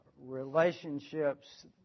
relationships